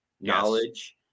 knowledge